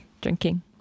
Drinking